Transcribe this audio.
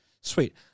Sweet